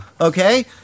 Okay